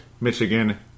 Michigan